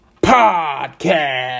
Podcast